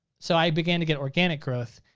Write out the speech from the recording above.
so i began to get organic growth,